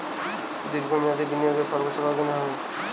দীর্ঘ মেয়াদি বিনিয়োগের সর্বোচ্চ কত দিনের হয়?